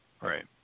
right